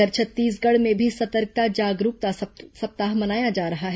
इधर छत्तीसगढ़ में भी सतर्कता जागरूकता सप्ताह मनाया जा रहा है